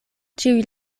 ĉiuj